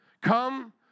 Come